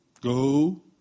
Go